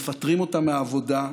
מפטרים אותם מהעבודה,